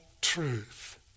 truth